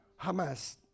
Hamas